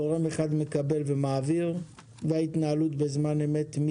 גורם אחד מקבל ומעביר וההתנהלות בזמן אמת,